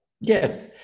Yes